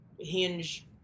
Hinge